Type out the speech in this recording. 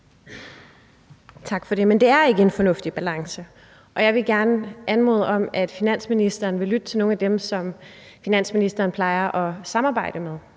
Tak for det. Men det er ikke en fornuftig balance, og jeg vil gerne anmode om, at finansministeren vil lytte til nogle af dem, som finansministeren plejer at samarbejde med,